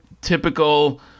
typical